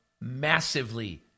massively